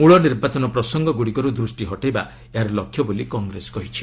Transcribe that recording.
ମୂଳ ନିର୍ବାଚନ ପ୍ରସଙ୍ଗଗୁଡ଼ିକରୁ ଦୃଷ୍ଟି ହଟାଇବା ଏହାର ଲକ୍ଷ୍ୟ ବୋଲି କଂଗ୍ରେସ କହିଛି